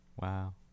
Wow